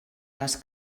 les